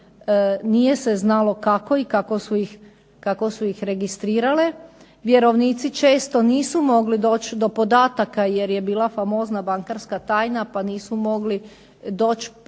nije se znalo kako i kako su ih registrirale, vjerovnici često nisu mogli doći do podataka jer je bila famozna bankarska tajna, pa nisu mogli doći